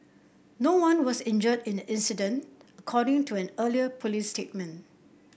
no one was injured in the incident according to an earlier police statement